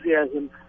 enthusiasm